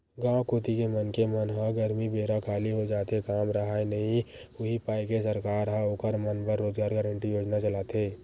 गाँव कोती के मनखे मन ह गरमी बेरा खाली हो जाथे काम राहय नइ उहीं पाय के सरकार ह ओखर मन बर रोजगार गांरटी योजना चलाथे